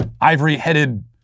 ivory-headed